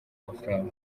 amafaranga